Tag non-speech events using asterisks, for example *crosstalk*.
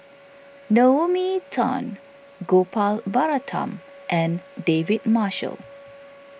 *noise* Naomi Tan Gopal Baratham and David Marshall